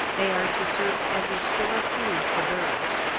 they are to serve as a store of food for birds.